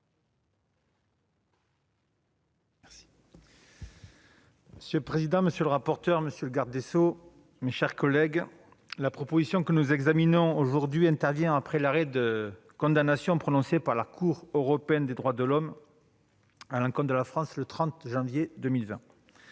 Monsieur le président, monsieur le garde des sceaux, mes chers collègues, la proposition de loi que nous examinons aujourd'hui intervient après l'arrêt de condamnation de la Cour européenne des droits de l'homme à l'encontre de la France du 30 janvier 2020.